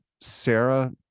Sarah